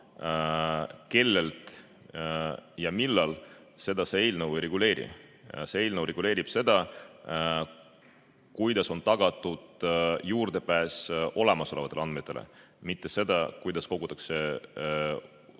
kellelt ja millal, see eelnõu ei reguleeri. See eelnõu reguleerib seda, kuidas on tagatud juurdepääs olemasolevatele andmetele, mitte seda, kuidas kogutakse uusi